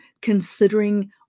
considering